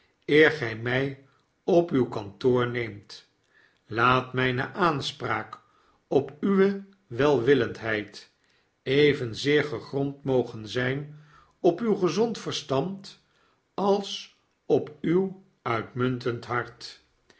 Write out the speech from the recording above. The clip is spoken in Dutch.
gij mij op uw kantoor neemt laat mijne aanspraak op uwe welwillendheid evenzeer gegrond mogen zijn op uw gezond verstand als op uw uitmuntend hart